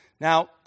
Now